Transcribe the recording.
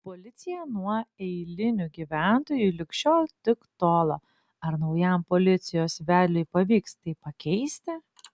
policija nuo eilinių gyventojų lig šiol tik tolo ar naujam policijos vedliui pavyks tai pakeisti